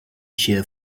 shear